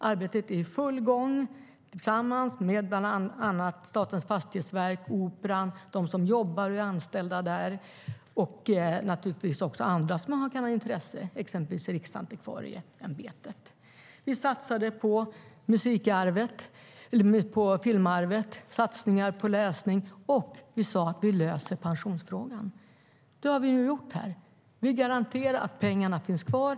Arbetet är i full gång tillsammans med bland andra Statens fastighetsverk, Operan, dem som jobbar och är anställda där och naturligtvis också andra som kan ha intresse, exempelvis Riksantikvarieämbetet. Vi satsade på musikarvet och filmarvet. Vi gjorde satsningar på läsning, och vi sade att vi löser pensionsfrågan. Det har vi nu gjort. Vi garanterar att pengarna finns kvar.